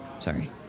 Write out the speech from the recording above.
sorry